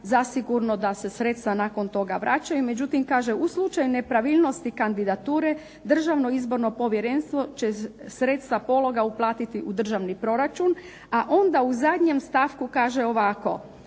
zasigurno da se sredstva nakon toga vraćaju, međutim kaže u slučaju nepravilnosti kandidature Državno izborno povjerenstvo će sredstva pologa uplatiti u državni proračun, a onda u zadnjem stavku kaže ovako